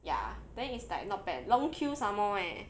ya then it's like not bad long queue some more eh